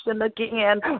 again